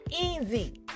easy